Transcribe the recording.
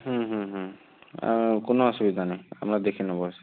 হুম হুম হুম কোনো অসুবিধা নেই আমরা দেখে নেব